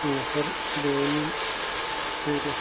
مہربٲنی کٔرِتھ